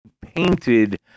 painted